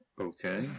Okay